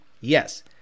yes